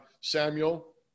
Samuel